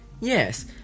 Yes